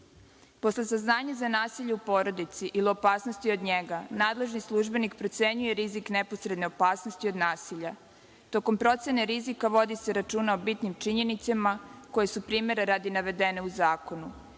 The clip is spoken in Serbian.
saznanja za nasilje u porodici ili opasnosti od njega nadležni službenik procenjuje rizik neposredne opasnosti od nasilja. Tokom procene rizika vodi se računa o bitnim činjenicama koje su, primera radi, navedene u zakonu,